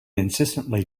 insistently